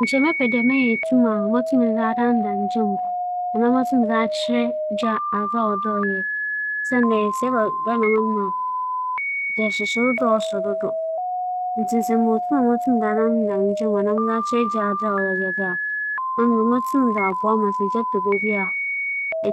Mebɛpɛ dɛ mebɛyɛ obi a mowͻ nsudo tum kyɛn dɛ mebenya tum wͻ ogya do siantsir nye dɛ, nsu yɛ adze a mpɛn pii no, noho kͻ atwee a ͻhaw adasa hͻn asetsena yie na yehia nsu so ma hɛn nyimpadua enya apͻwmudzen na gya dze, yɛwͻ akwan ahorow pii a yetum fa do nya gya